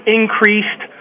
increased